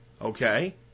Okay